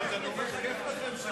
כיף לכם שם.